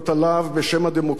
בשם הדמוקרטיה,